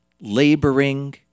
laboring